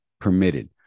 permitted